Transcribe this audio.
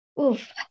Oof